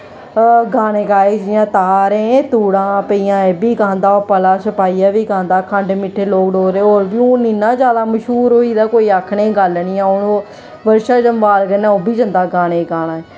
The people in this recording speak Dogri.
गाने गाए जियां धारें धूड़ा पेइयां एह् बी गांदा ओह् भला शपाईया बी गांदा खंड मिट्ठे लोग डोगरे होर बी हून इ'न्ना ज्यादा मश्हूर होई गेदा कोई आखने दी गल्ल नी ऐ हून ओह् बर्षा जम्बाल कन्नै ओह् बी जंदा गाने ई गाने